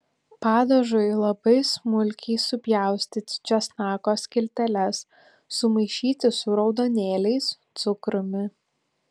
padažui labai smulkiai supjaustyti česnako skilteles sumaišyti su raudonėliais cukrumi